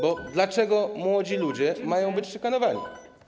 Bo dlaczego młodzi ludzie mają być szykanowani?